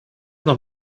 noch